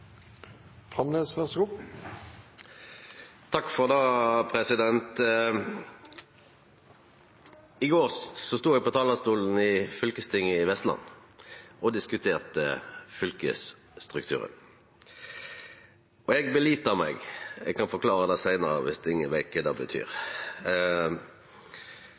I går stod eg på talarstolen i fylkestinget i Vestland og diskuterte fylkesstrukturen. Eg «belita» meg – eg kan forklara det seinare, dersom ingen veit kva det betyr.